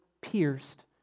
pierced